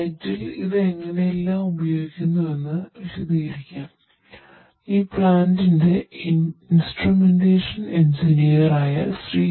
സൈറ്റിൽ ഇത് എങ്ങനെ എല്ലാം ഉപയോഗിക്കുന്നുവെന്ന് വിശദീകരിക്കാൻ പോകുന്നു ഈ പ്ലാന്റിന്റെ ഇൻസ്ട്രുമെന്റേഷൻ എഞ്ചിനീയറായ ശ്രീ